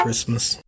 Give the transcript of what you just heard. Christmas